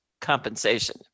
compensation